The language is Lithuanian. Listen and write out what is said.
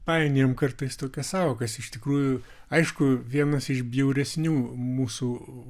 painiojam kartais tokias sąvokas iš tikrųjų aišku vienas iš bjauresnių mūsų